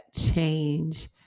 change